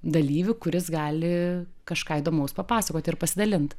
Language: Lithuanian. dalyviu kuris gali kažką įdomaus papasakoti ir pasidalint